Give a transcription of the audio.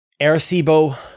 Arecibo